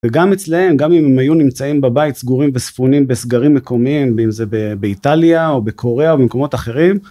וגם אצלם גם אם היו נמצאים בבית סגורים וספונים בסגרים מקומיים אם זה באיטליה או בקוריאה או במקומות אחרים.